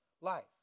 life